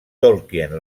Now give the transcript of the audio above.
tolkien